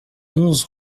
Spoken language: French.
onze